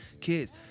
Kids